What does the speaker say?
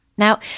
Now